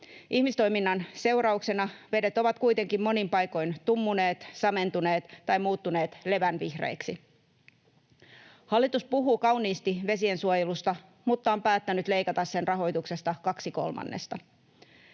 Ihmistoiminnan seurauksena vedet ovat kuitenkin monin paikoin tummuneet, samentuneet tai muuttuneet levänvihreiksi. Hallitus puhuu kauniisti vesiensuojelusta, mutta on päättänyt leikata sen rahoituksesta kaksi kolmannesta.